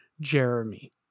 Jeremy